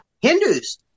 Hindus